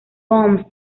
pons